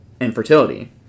infertility